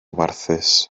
warthus